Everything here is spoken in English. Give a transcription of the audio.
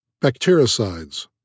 Bactericides